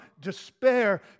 despair